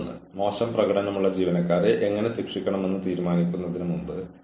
അച്ചടക്ക നടപടിക്രമങ്ങൾ ഒരു ജീവനക്കാരന്റെ മനോവീര്യത്തിന് വളരെ ദോഷകരമാണ്